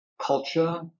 culture